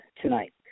tonight